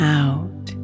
out